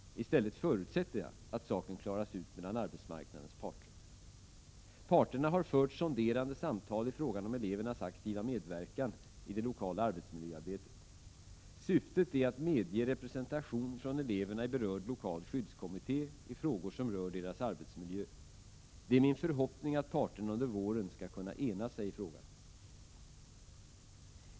I stället förutsätter jag att saken klaras ut mellan arbetsmarknadens parter. Parterna har fört sonderande samtal i frågan om elevernas aktiva medverkan i det lokala arbetsmiljöarbetet. Syftet är att medge representation från eleverna i berörd lokal skyddskommitté i frågor som gäller deras arbetsmiljö. Det är min förhoppning att parterna under våren skall kunna ena sig i frågan.